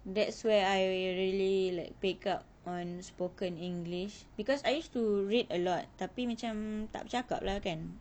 that's where I really like pick up on spoken english because I used to read a lot tapi macam tak bercakap lah kan